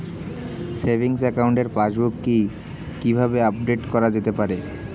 Savings একাউন্টের passbook কি কিভাবে আপডেট করা যেতে পারে?